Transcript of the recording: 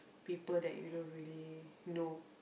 people that you don't really know